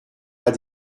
pas